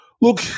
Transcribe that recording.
Look